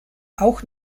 auch